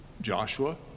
Joshua